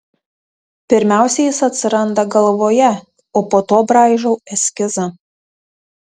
pirmiausia jis atsiranda galvoje o po to braižau eskizą